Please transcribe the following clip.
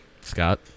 Scott